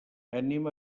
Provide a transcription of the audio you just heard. anem